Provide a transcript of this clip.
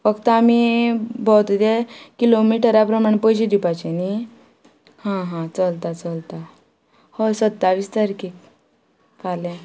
फकत आमी भोंवता तें किलोमिटरा प्रमाणें पयशे दिवपाचे न्ही हां हां चलता चलता हय सत्तावीस तारखेक फाल्यां